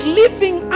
living